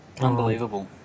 Unbelievable